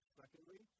secondly